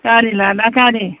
गारि लाना गारि